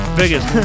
biggest